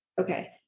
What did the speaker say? okay